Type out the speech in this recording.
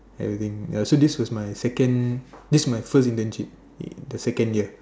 everything ya so this was my second this my first internship in the second year